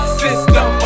system